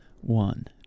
one